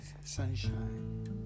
sunshine